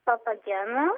balta diena